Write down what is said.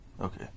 Okay